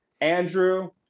Andrew